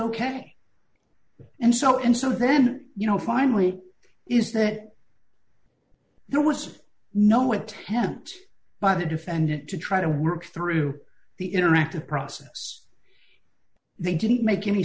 ok and so and so then you know finally is that there was no attempt by the defendant to try to work through the interactive process they didn't make any